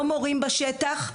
לא מורים בשטח,